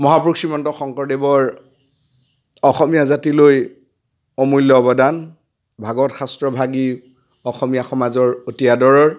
মহাপুৰুষীমন্ত শংকৰদেৱৰ অসমীয়া জাতিলৈ অমূল্য অৱদান ভাগৱত শাস্ত্ৰভাগী অসমীয়া সমাজৰ অতি আদৰৰ